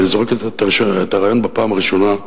ואני זורק את הרעיון בפעם הראשונה,